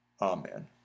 Amen